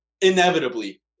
inevitably